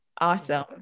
awesome